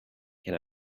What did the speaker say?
can